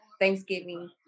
Thanksgiving